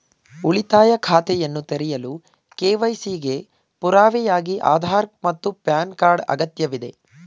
ಉಳಿತಾಯ ಖಾತೆಯನ್ನು ತೆರೆಯಲು ಕೆ.ವೈ.ಸಿ ಗೆ ಪುರಾವೆಯಾಗಿ ಆಧಾರ್ ಮತ್ತು ಪ್ಯಾನ್ ಕಾರ್ಡ್ ಅಗತ್ಯವಿದೆ